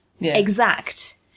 exact